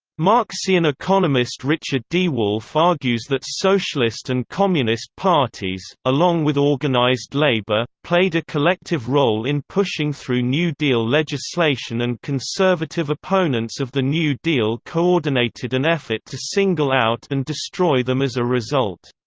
marxian economist richard d. wolff argues that socialist and communist parties, along with organized labor, played a collective role in pushing through new deal legislation and conservative opponents of the new deal coordinated an effort to single out and destroy them as a result.